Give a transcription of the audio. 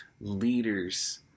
leaders